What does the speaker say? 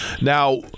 Now